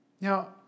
Now